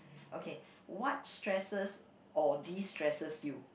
okay what stresses or distresses you